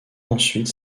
ensuite